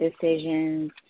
decisions